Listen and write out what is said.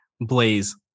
Blaze